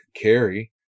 carry